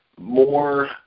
more